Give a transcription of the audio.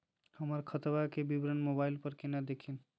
हमर खतवा के विवरण मोबाईल पर केना देखिन?